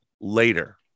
later